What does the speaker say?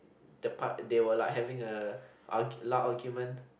the part they were like having a ar~ loud argument